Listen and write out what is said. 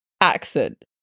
accent